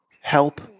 help